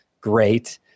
great